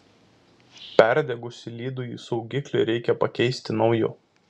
perdegusį lydųjį saugiklį reikia pakeisti nauju